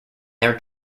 their